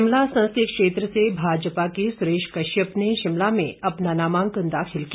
शिमला संसदीय क्षेत्र से भाजपा के सुरेश कश्यप ने शिमला में अपना नामांकन दाखिल किया